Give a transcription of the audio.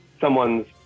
someone's